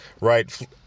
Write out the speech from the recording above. right